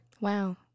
wow